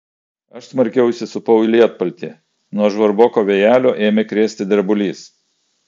aš smarkiau įsisupau į lietpaltį nuo žvarboko vėjelio ėmė krėsti drebulys